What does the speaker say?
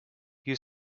you